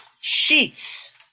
sheets